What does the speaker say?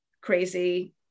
crazy